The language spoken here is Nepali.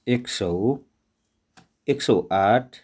एक सय एक सय आठ